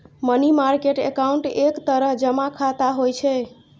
money market account एक तरह जमा खाता होइ छै